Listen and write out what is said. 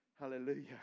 Hallelujah